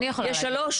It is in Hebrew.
יש שלוש?